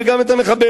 וגם את המחבל.